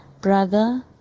brother